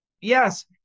Yes